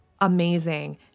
amazing